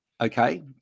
okay